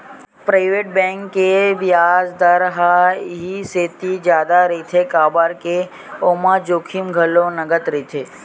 private bank के बियाज दर ह इहि सेती जादा रहिथे काबर के ओमा जोखिम घलो नँगत रहिथे